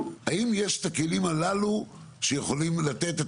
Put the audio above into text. האם יש את הכלים הללו שיכולים לתת את